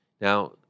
Now